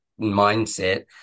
mindset